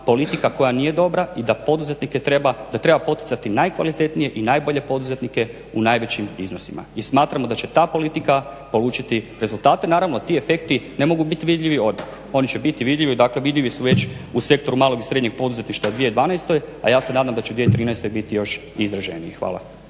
politika koja nije dobra, i da treba poticati najkvalitetnije i najbolje poduzetnike u najvećim iznosima. I smatramo da će ta politika polučiti rezultate. Naravno, ti efekti ne mogu biti vidljivi odmah, oni će biti vidljivi, dakle vidljivi su već u sektoru malog i srednjeg poduzetništva u 2012. a ja se nadam da će 2013. biti još izraženiji. Hvala.